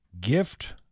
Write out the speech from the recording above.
gift